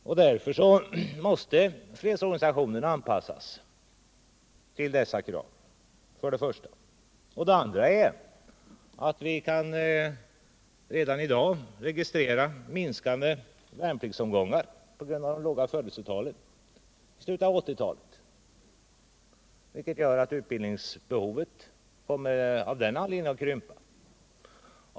Fredsorganisationen måste såledés anpassas till de krav som uppställts. Till detta kommer att vi redan i dag kan registrera minskande värnpliktsomgångar i slutet av 1980-talet på grund av de låga födelsetalen, vilket gör att behovet av utbildningsanstalter kommer att krympa.